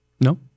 no